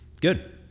Good